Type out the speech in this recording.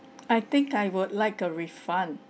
I think I would like a refund